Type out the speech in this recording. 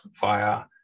via